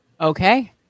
Okay